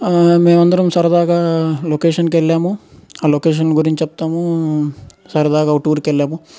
ఆ మేము అందరం సరదాగా లోకేషన్కు వెళ్లాము లొకేషన్ గురించి చెప్తాము సరదాగా టూర్కు వెళ్ళాము